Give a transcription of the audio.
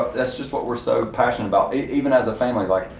that's just what we're so passionate about. even as a family like,